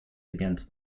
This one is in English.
against